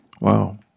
Wow